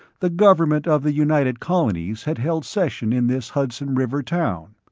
the government of the united colonies had held session in this hudson river town.